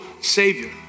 savior